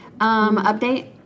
update